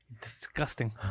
disgusting